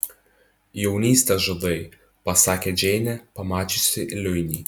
jaunystę žudai pasakė džeinė pamačiusi luinį